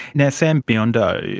yeah sam biondo, yeah